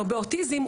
או באוטיזם,